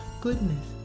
goodness